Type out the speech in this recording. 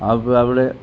അപ്പം അവിടെ